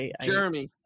Jeremy